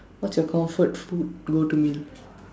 what's your comfort food go to meal